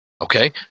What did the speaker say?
Okay